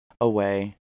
away